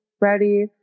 ready